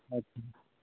अच्छा